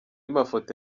mafoto